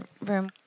room